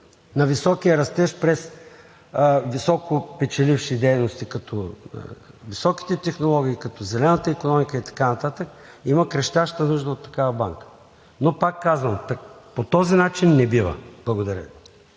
на високия растеж през високо печеливши дейности, като високите технологии – като зелената икономика и така нататък, и има крещяща нужда от такава банка. Но пак казвам, че по този начин не бива. Благодаря